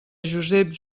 joseps